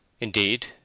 Indeed